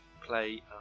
play